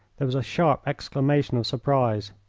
there was a sharp exclamation of surprise.